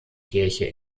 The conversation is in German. kirche